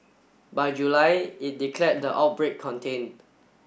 by July it declared the outbreak contained